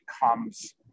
becomes